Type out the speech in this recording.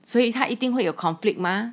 所以他一定会有 conflict mah